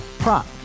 Prop